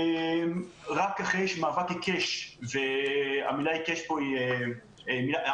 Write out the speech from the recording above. רק אחרי מאבק עיקש והמילה עיקש כאן היא בהמעטה